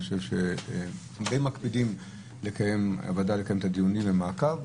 די מקפידים בוועדה לקיים את הדיונים והמעקב.